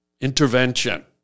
intervention